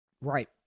Right